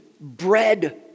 bread